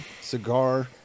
cigar